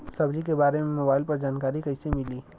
सब्जी के बारे मे मोबाइल पर जानकारी कईसे मिली?